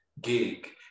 gig